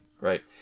right